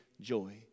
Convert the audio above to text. joy